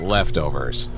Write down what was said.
Leftovers